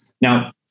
Now